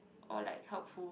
all like helpful